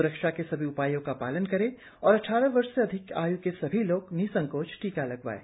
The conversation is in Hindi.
स्रक्षा के सभी उपायों का पालन करें और अद्वारह वर्ष से अधिक आय् के सभी लोग निसंकोच टीका लगवाएं